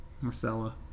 Marcella